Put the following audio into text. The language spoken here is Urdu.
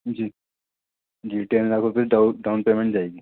جی جی ٹین لاکھ روپئے ڈاؤن پیمنٹ جائے گی